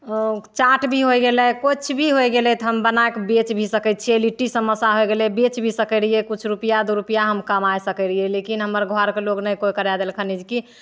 चाट भी होइ गेलै किछु भी होइ गेलै तऽ हम बनैके बेचि भी सकै छिए लिट्टी समोसा होइ गेलै बेचि भी सकै रहिए किछु रुपैआ दुइ रुपैआ हम कमै सकै रहिए लेकिन हमर घरके लोक नहि कोइ करै देलकै कि